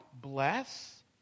bless